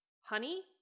honey